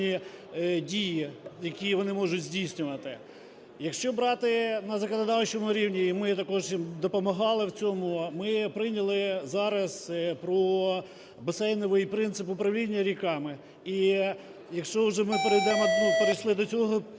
дії, які вони можуть здійснювати. Якщо брати на законодавчому рівні, і ми їм також допомагали в цьому, ми прийняли зараз про басейновий принцип управління ріками. І якщо вже ми перейшли до цього